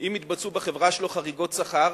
אם התבצעו בחברה שלו חריגות שכר,